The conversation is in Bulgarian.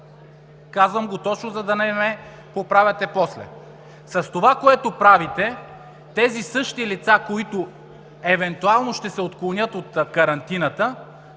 Казвам го точно, за да не ме поправяте после. С това, което правите, тези същите лица, които, евентуално, ще се отклонят от карантината,